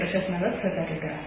प्रशासनाला सहकार्य करा